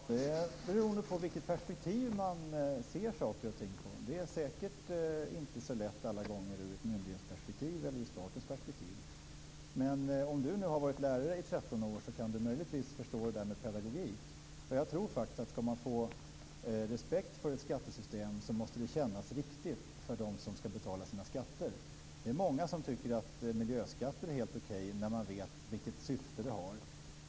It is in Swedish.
Fru talman! Det är beroende på vilket perspektiv man ser saker och ting i. Det är säkert inte så lätt alla gånger ur ett myndighetsperspektiv eller ur statens perspektiv. Om Per Rosengren har varit lärare i 13 år kan han möjligtvis förstå det där med pedagogik. Jag tror faktiskt att skattesystemet måste kännas riktigt för dem som ska betala sina skatter om man ska få respekt för det. Det är många som tycker att miljöskatter är helt okej när de vet vilket syfte de har.